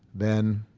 then